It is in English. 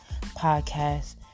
podcast